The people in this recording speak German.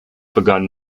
begann